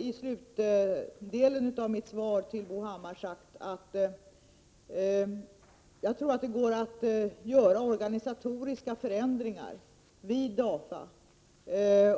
I slutet av mitt svar till Bo Hammar säger jag, att jag tror att det går att göra organisatoriska förändringar vid DAFA,